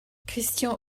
christian